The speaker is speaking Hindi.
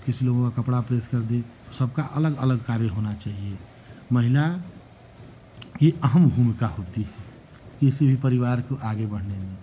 किसी लोगों का कपड़ा प्रेस कर दे सबका अलग अलग कार्य होना चाहिए महिला की अहम भूमिका होती है किसी भी परिवार को आगे बढ़ने में